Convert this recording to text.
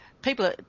People